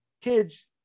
kids